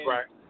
Right